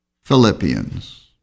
Philippians